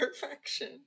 perfection